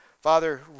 Father